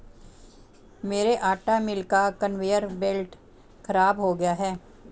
मेरे आटा मिल का कन्वेयर बेल्ट खराब हो गया है